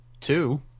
two